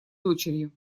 дочерью